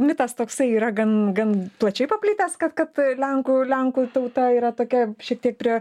mitas toksai yra gan gan plačiai paplitęs kad kad lenkų lenkų tauta yra tokia šiek tiek prie